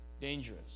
dangerous